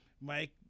Mike